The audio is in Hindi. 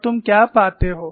और तुम क्या पाते हो